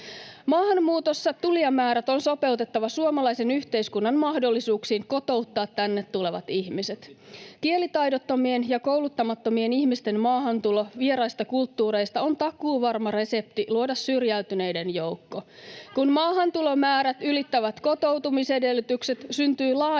Maahanmuutossa tulijamäärät on sopeutettava suomalaisen yhteiskunnan mahdollisuuksiin kotouttaa tänne tulevat ihmiset. Kielitaidottomien ja kouluttamattomien ihmisten maahantulo vieraista kulttuureista on takuuvarma resepti luoda syrjäytyneiden joukko. Kun maahantulomäärät ylittävät kotoutumisedellytykset, syntyy laajasti